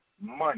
money